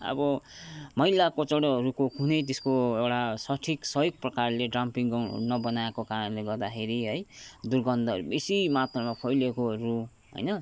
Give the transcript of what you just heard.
अबो मैला कचडाहरूको कुनै त्यस्को एउटा सठिक सही प्रकारले डम्पिङ ग्राउन्डहरू नबनाएको कारणले गर्दाखेरि है दुर्गन्धहरू बेसी मात्रामा फैलिएकोहरू होइन